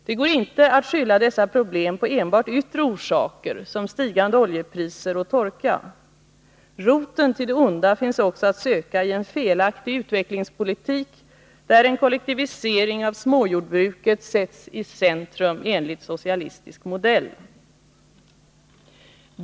Det går inte att skylla dessa problem på enbart yttre orsaker som stigande oljepriser och torka, roten till det onda finns också att söka i en felaktig utvecklingspolitik, där en kollektivisering av småjordbruket sätts i centrum enligt socialistisk modell.